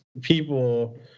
people